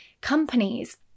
companies